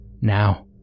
Now